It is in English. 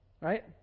Right